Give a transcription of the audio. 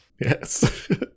Yes